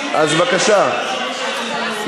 בסדר.